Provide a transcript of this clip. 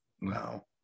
No